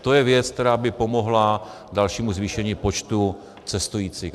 To je věc, která by pomohla dalšímu zvýšení počtu cestujících.